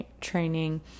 training